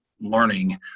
learning